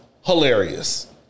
Hilarious